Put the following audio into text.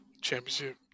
championship